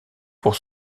pour